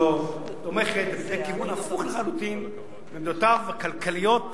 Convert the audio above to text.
והממשלה שלו תומכת בכיוון הפוך לחלוטין מעמדותיו הכלכליות,